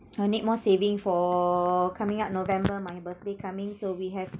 uh need more saving for coming up november my birthday coming so we have